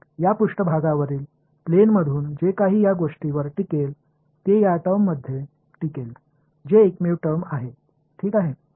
तर या पृष्ठावरील प्लेनमधून जे काही या गोष्टीवर टिकेल ते या टर्ममध्ये टिकेल जे एकमेव टर्म आहे ठीक आहे